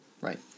Right